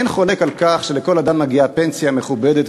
אין חולק על כך שלכל אדם מגיעה פנסיה מכובדת.